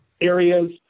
areas